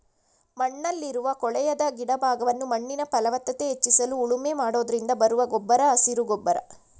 ಮಣ್ಣಲ್ಲಿರುವ ಕೊಳೆಯದ ಗಿಡ ಭಾಗವನ್ನು ಮಣ್ಣಿನ ಫಲವತ್ತತೆ ಹೆಚ್ಚಿಸಲು ಉಳುಮೆ ಮಾಡೋದ್ರಿಂದ ಬರುವ ಗೊಬ್ಬರ ಹಸಿರು ಗೊಬ್ಬರ